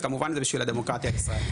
וכמובן זה בשביל הדמוקרטיה הישראלית.